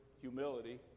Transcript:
humility